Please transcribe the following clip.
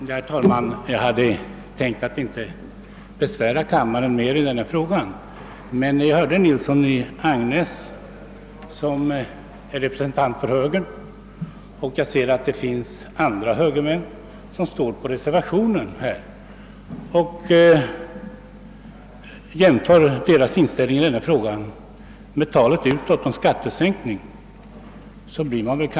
Herr talman! Jag hade inte tänkt att besvära kammaren mer i denna fråga, men då jag hörde herr Nilsson i Agnäs, som är representant för högern, och då jag ser att det finns även andra högermän som står som reservanter, blev jag något förvånad, ty deras inställning här strider mot högerns tal utåt om skattesänkningar.